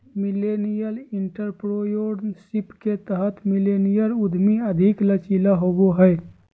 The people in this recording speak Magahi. मिलेनियल एंटरप्रेन्योरशिप के तहत मिलेनियल उधमी अधिक लचीला होबो हय